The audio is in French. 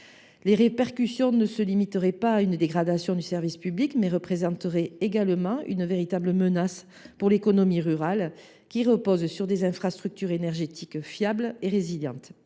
les répercussions ne se limiteraient pas à une dégradation du service public. Elles représenteraient également une véritable menace pour l’économie rurale, qui repose sur des infrastructures énergétiques fiables et résilientes.